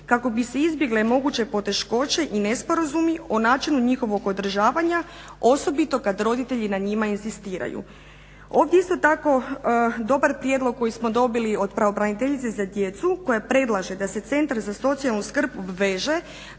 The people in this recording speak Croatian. kako bi se izbjegle moguće poteškoće i nesporazumi o načinu njihovog održavanja osobito kada roditelji na njima inzistiraju. Ovdje je isto tako dobar prijedlog koji smo dobili od pravobraniteljice za djecu koja predlaže da se centar za socijalnu skrb obveže